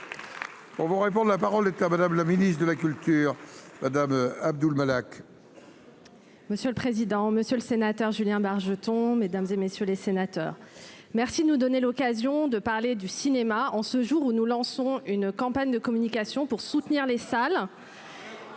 Pour vous répondre, la parole est à madame la ministre de la culture Madame Abdul-Malak. Monsieur le président, Monsieur le Sénateur, Julien Bargeton, mesdames et messieurs les sénateurs. Merci de nous donner l'occasion de parler du cinéma en ce jour où nous lançons une campagne de communication pour soutenir les salles.